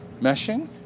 meshing